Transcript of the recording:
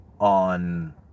on